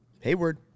Hayward